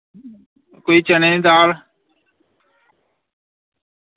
कोई चने दी दाल